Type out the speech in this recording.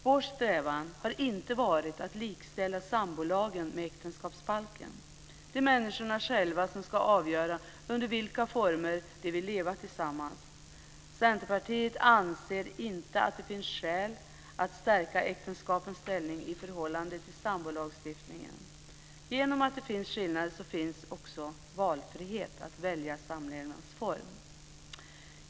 Vår strävan har inte varit att likställa sambolagen med äktenskapsbalken. Det är människorna själva som ska avgöra under vilka former de vill leva tillsammans. Centerpartiet anser inte att det finns skäl att stärka äktenskapets ställning i förhållande till sambolagstiftningen. Genom att det finns skillnader finns det också frihet att välja samlevnadsform.